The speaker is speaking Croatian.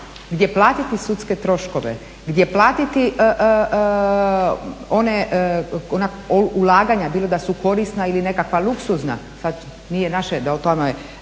gdje platiti sudske troškove, gdje platiti ona ulaganja bilo da su korisna ili nekakva luksuzna, nije naše da o tome